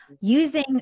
using